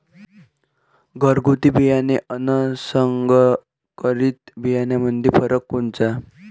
घरगुती बियाणे अन संकरीत बियाणामंदी फरक कोनचा?